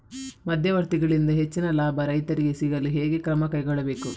ಮಧ್ಯವರ್ತಿಗಳಿಂದ ಹೆಚ್ಚಿನ ಲಾಭ ರೈತರಿಗೆ ಸಿಗಲು ಹೇಗೆ ಕ್ರಮ ಕೈಗೊಳ್ಳಬೇಕು?